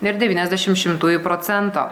ir devyniasdešimt šimtųjų procento